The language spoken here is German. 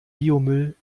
biomüll